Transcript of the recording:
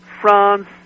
France